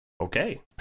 Okay